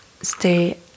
stay